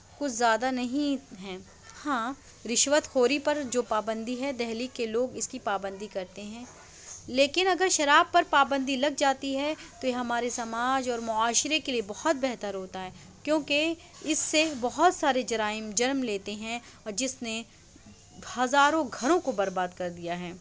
کچھ زیادہ نہیں ہیں ہاں رشوت خوری پر جو پابندی ہے دہلی کے لوگ اس کی پابندی کرتے ہیں لیکن اگر شراب پر پابندی لگ جاتی ہے تو یہ ہمارے سماج اور معاشرے کے لیے بہت بہتر ہوتا ہے کیونکہ اس سے بہت سارے جرائم جنم لیتے ہیں اور جس نے ہزاروں گھروں کو برباد کر دیا ہے